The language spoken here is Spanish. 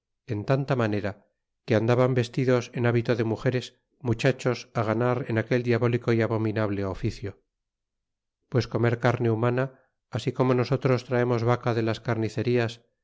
en tanta manera que andaban vestidos en hábito de mugeres muchachos á ganar en aquel diabólico y abominable oficio pues comer carne humana así como nosotros traemos vaca de las carnicerías